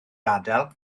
gadael